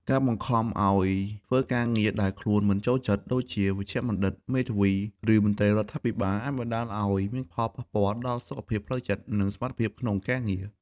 ការបង្ខំឲ្យធ្វើការងារដែលខ្លួនមិនចូលចិត្ត ដូចជា វេជ្ជបណ្ឌិត មេធាវី ឬមន្ត្រីរដ្ឋាភិបាល អាចបណ្តាលឲ្យមានផលប៉ះពាល់ដល់សុខភាពផ្លូវចិត្ត និងសមត្ថភាពក្នុងការងារ។